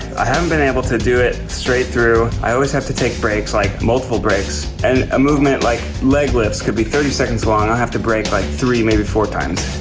i haven been able to do it straight through. i always have to take breaks like multiple breaks. and a movement like leg lifts could be thirty seconds long i have to break like three, maybe four times.